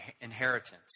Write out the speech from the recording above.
inheritance